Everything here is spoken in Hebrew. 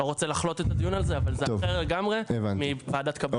אבל זה אחר לגמרי מוועדת קבלה.